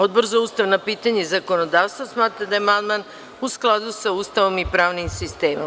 Odbor za ustavna pitanja i zakonodavstvo smatra da je amandman u skladu sa Ustavom i pravnim sistemom.